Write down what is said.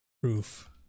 proof